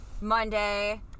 monday